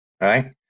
Right